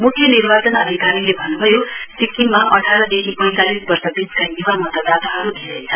म्ख्य निर्वाचन अधिकारीले भन्न्भयो सिक्किममा अठारदेखि पैतालिस वर्ष बीचका युवा मतदाताहरू धेरै छन्